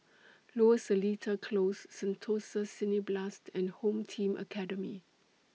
Lower Seletar Close Sentosa Cineblast and Home Team Academy